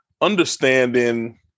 understanding